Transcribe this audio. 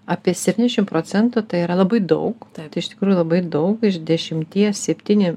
apie septyniasdešimt procentų tai yra labai daug tai iš tikrųjų labai daug iš dešimties septyni